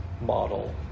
model